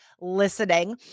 listening